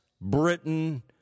Britain